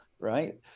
right